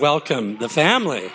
welcome the family